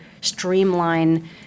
streamline